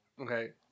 okay